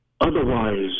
otherwise